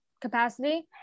capacity